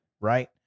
right